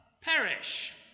perish